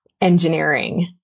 engineering